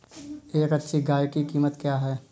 एक अच्छी गाय की कीमत क्या है?